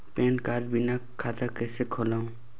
Pan card बिना कइसे खाता खोलव?